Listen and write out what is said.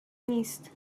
نیست